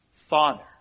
Father